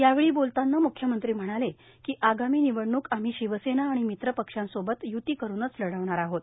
यावेळी बोलताना मुख्यमंत्री म्हणाले की आगामी निवडणूक आम्ही शिवसेना आणि मित्र पक्षांसोबतच युती करूनच लढवणार आहोत